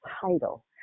title